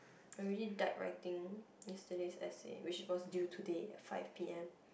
I already died writing yesterday's essay which was due today at five p_m